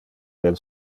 del